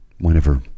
whenever